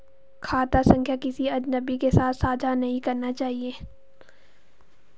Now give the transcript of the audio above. खाता संख्या किसी अजनबी के साथ साझा नहीं करनी चाहिए